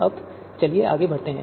अब चलिए आगे बढ़ते हैं